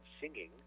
singing